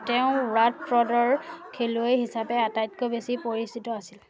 তেওঁ ৱাটফৰ্ডৰ খেলুৱৈ হিচাপে আটাইতকৈ বেছি পৰিচিত আছিল